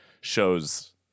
shows